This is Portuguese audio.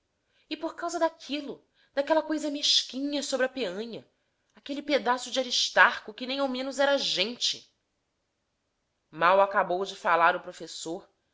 e por causa daquilo daquela coisa mesquinha sobre a peanha aquele pedaço de aristarco que nem ao menos era gente mal acabou de falar o professor